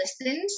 listened